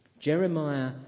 Jeremiah